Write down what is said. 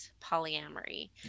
polyamory